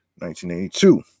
1982